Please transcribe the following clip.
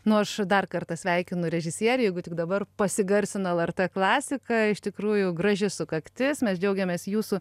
nu aš dar kartą sveikinu režisierių jeigu tik dabar pasigarsino lrt klasiką iš tikrųjų graži sukaktis mes džiaugiamės jūsų